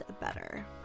better